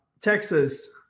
Texas